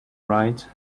right